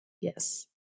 Yes